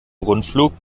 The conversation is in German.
rundflug